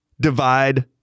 divide